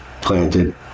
planted